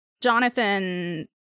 Jonathan